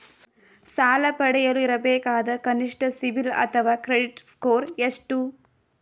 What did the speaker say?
ಸಾಲ ಪಡೆಯಲು ಇರಬೇಕಾದ ಕನಿಷ್ಠ ಸಿಬಿಲ್ ಅಥವಾ ಕ್ರೆಡಿಟ್ ಸ್ಕೋರ್ ಎಷ್ಟು?